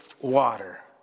water